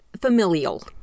Familial